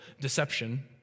deception